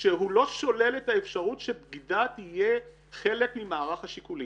שהוא לא שולל את האפשרות שבגידה תהיה חלק ממערך השיקולים.